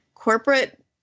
corporate